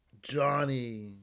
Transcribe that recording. Johnny